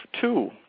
two